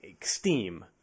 steam